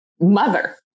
mother